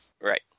right